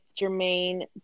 Jermaine